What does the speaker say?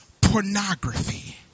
pornography